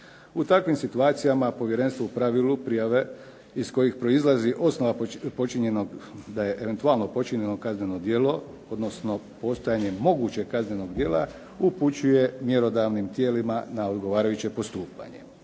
U takvim situacijama Povjerenstvo u pravilu prijave iz kojih proizlazi osnova počinjenog, da je eventualno počinjeno kazneno djelo, odnosno postojanje mogućeg kaznenog djela upućuje mjerodavnim tijelima na odgovarajuće postupanje.